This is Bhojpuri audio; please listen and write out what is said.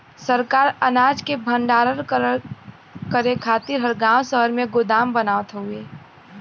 सरकार अनाज के भण्डारण करे खातिर हर गांव शहर में गोदाम बनावत हउवे